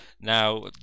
Now